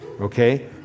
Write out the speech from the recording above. Okay